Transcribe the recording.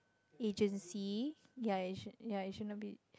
agency ya ya agen~ ya